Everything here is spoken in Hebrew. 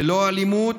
ללא אלימות,